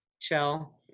chill